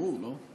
אני אמור, לא?